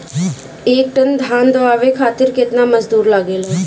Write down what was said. एक टन धान दवावे खातीर केतना मजदुर लागेला?